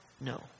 No